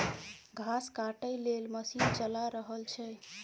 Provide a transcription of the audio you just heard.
घास काटय लेल मशीन चला रहल छै